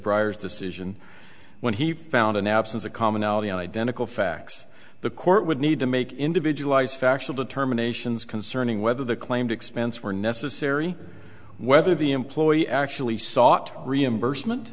briars decision when he found an absence of commonality identical facts the court would need to make individualized factual determinations concerning whether the claimed expense were necessary whether the employee actually sought reimbursement